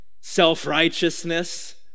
self-righteousness